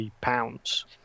pounds